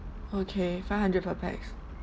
okay five hundred per pax